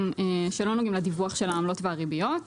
שלא נוגעים לדיווח של העמלות והריביות,